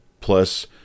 plus